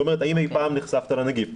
שאומרת האם אי פעם נחשפת לנגיף.